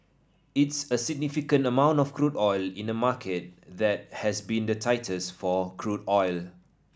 it's a significant amount of crude oil in a market that has been the tightest for crude oil